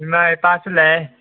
ꯏꯃꯥ ꯏꯄꯥꯁꯨ ꯂꯩ